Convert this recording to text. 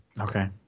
okay